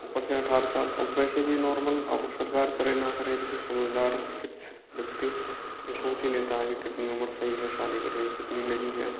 ऊपर से अठारह साल अब वैसे भी नॉर्मल अब सरकार करे न करे लेकिन समझदार शिक्षित व्यक्ति यह सोच ही लेता है कि कितनी उम्र सही है शादी करने की कितनी नहीं है